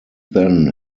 then